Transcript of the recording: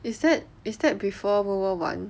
is that is that before world war one